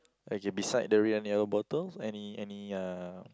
okay beside the red and yellow bottles any any uh